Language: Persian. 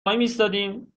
وایمیستادیم